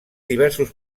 diversos